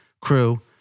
crew